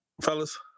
fellas